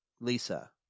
Lisa